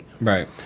Right